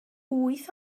wyth